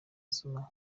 zuma